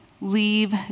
leave